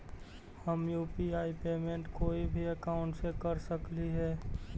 हम UPI payment कोई भी अकाउंट से कर सकली हे?